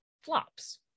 flops